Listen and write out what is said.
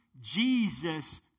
Jesus